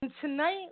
tonight